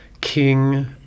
king